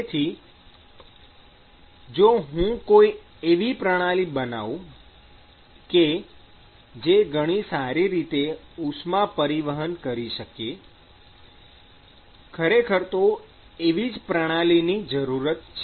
તેથી જો હું કોઇ એવી પ્રણાલી બનાવું કે જે ઘણી સારી રીતે ઉષ્મા પરિવહન કરી શકે ખરેખર તો એવી જ પ્રણાલીની જરૂરત છે